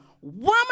woman